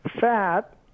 fat